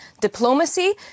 diplomacy